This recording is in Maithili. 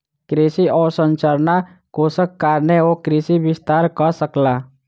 कृषि अवसंरचना कोषक कारणेँ ओ कृषि विस्तार कअ सकला